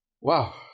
Wow